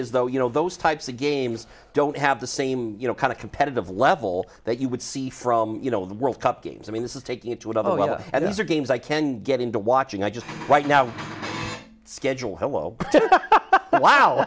is though you know those types of games don't have the same you know kind of competitive level that you would see from you know the world cup games i mean this is taking it would of about us and these are games i can get into watching i just right now schedule hello wow